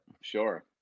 sure